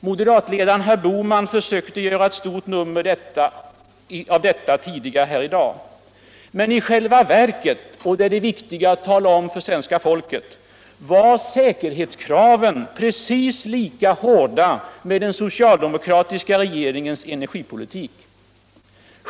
Moderatledaren, herr Bohman, försökte göra ett stort nummer av detta tidigare här i dag, men i själva verket — och det är det viktiga att tala om för svenska folket — var säkerhetskraven precis lika hårda med den socialdemokratiska regeringens energipolitik.